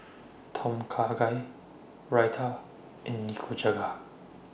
Tom Kha Gai Raita and Nikujaga